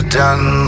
done